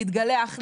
להתגלח,